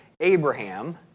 Abraham